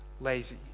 lazy